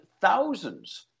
Thousands